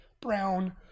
brown